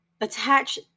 attach